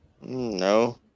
No